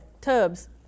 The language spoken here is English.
tubs